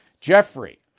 Jeffrey